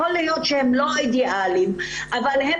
יכול להיות שהם לא אידיאלים אבל הם